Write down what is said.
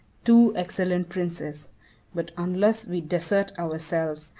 two excellent princes but unless we desert ourselves,